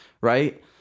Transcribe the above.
right